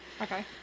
Okay